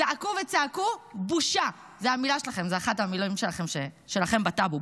זעקו וצעקו: בושה זו אחת המילים שלכם בטאבו,